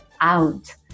out